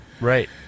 Right